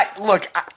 Look